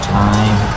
time